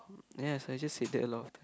yes I just said that alot of